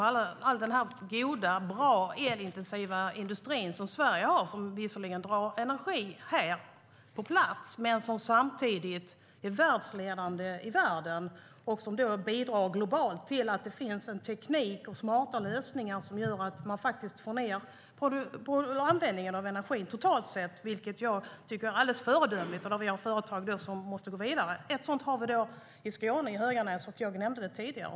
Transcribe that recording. All den goda elintensiva industri som Sverige har drar visserligen energi här på plats men är samtidigt ledande i världen och bidrar globalt till att det finns en teknik och smarta lösningar som gör att man får ned användningen av energi totalt sett. Det tycker jag är alldeles föredömligt, för vi har företag som måste gå vidare. Vi har ett sådant i Skåne, i Höganäs, som jag nämnde tidigare.